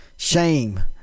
Shame